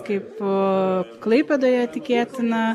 kaip klaipėdoje tikėtina